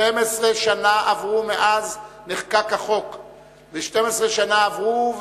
12 שנה עברו מאז נחקק החוק; 12 שנה עברו,